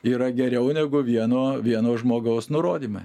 yra geriau negu vieno vieno žmogaus nurodymai